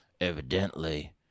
Evidently